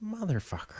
Motherfucker